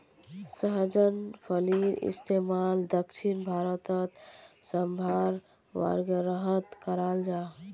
सहजन फलिर इस्तेमाल दक्षिण भारतोत साम्भर वागैरहत कराल जहा